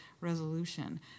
resolution